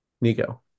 Nico